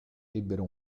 ebbero